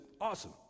Awesome